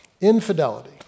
Infidelity